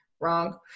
Wrong